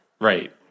Right